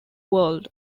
world